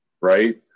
right